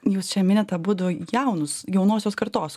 jūs čia minit abudu jaunus jaunosios kartos